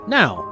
now